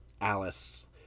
Alice